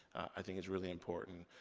i think it's really important.